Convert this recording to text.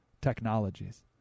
technologies